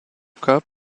cas